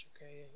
Okay